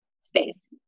space